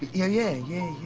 yeah yeah, yeah,